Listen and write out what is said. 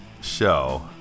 show